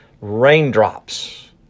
raindrops